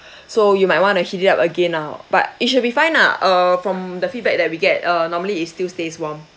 so you might want to heat it up again lah but it should be fine lah uh from the feedback that we get uh normally it still stays warm